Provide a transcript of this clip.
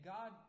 God